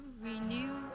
renew